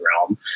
realm